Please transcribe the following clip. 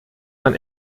man